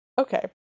okay